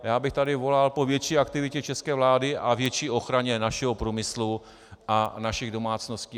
Já bych tady volal po větší aktivitě české vlády a větší ochraně našeho průmyslu a našich domácností.